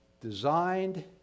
designed